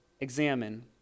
Examine